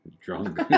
drunk